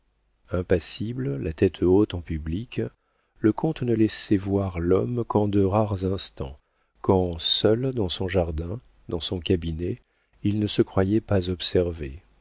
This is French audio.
impassible la tête haute en public le comte ne laissait voir l'homme qu'en de rares instants quand seul dans son jardin dans son cabinet il ne se croyait pas observé